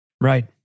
Right